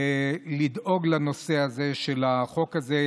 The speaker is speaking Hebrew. לדאוג לנושא הזה של החוק הזה,